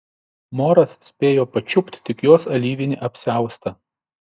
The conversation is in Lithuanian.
moras spėjo pačiupt tik jos alyvinį apsiaustą